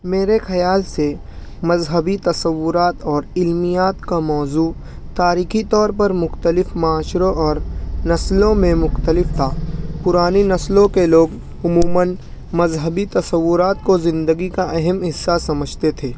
میرے خیال سے مذہبی تصورات اور علمیات کا موضوع تاریخی طور پر مختلف معاشروں اور نسلوں میں مختلف تھا پرانی نسلوں کے لوگ عموماً مذہبی تصورات کو زندگی کا اہم حصہ سمجھتے تھے